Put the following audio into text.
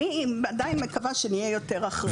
אני עדיין מקווה שנהיה יותר אחראיים.